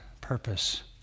purpose